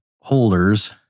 holders